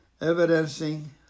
evidencing